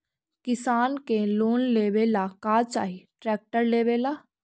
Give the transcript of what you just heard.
किसान के लोन लेबे ला का चाही ट्रैक्टर लेबे ला?